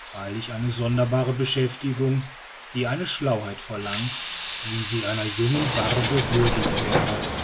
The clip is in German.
freilich eine sonderbare beschäftigung die eine schlauheit verlangt wie sie einer jungen barbe würdig wäre